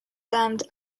damned